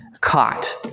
caught